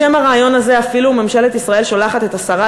בשם הרעיון הזה אפילו ממשלת ישראל שולחת את השרה